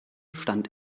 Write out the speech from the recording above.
stand